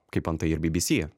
kaip antai ir bbc